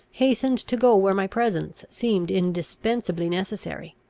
hastened to go where my presence seemed indispensably necessary.